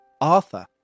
Arthur